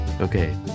okay